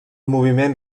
moviment